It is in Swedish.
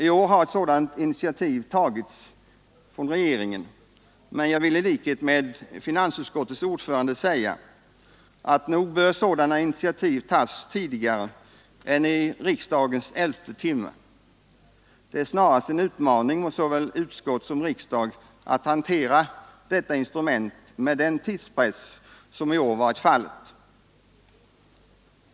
I år har ett sådant initiativ tagits av regeringen, men jag vill i likhet med finansutskottets ordförande säga att nog bör sådana initiativ tas tidigare än i riksdagens elfte timme. Det är snarast en utmaning mot såväl utskott som riksdag att hantera detta instrument med en sådan tidspress som i år varit fallet.